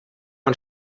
man